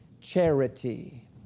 charity